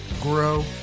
grow